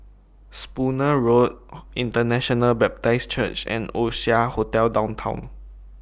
Spooner Road International Baptist Church and Oasia Hotel Downtown